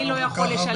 מי לא יכול לשלם.